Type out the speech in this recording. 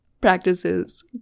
practices